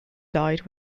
died